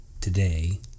today